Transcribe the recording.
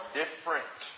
different